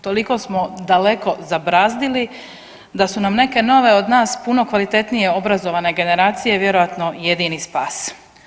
Toliko smo daleko zabrazdili da su nam neke nove od nas puno kvalitetnije obrazovane generacije vjerojatno jedini spas.